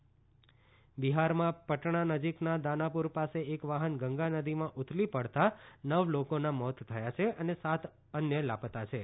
Bihar accident બિહારમાં પટણા નજીકના દાનાપુર પાસે એક વાહન ગંગા નદીમાં ઉથલી પડતાં નવ લોકોનાં મોત થયાં છે અને સાત અન્ય લાપતા છે